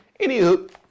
Anywho